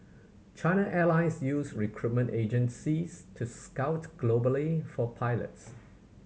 China airlines use recruitment agencies to scout globally for pilots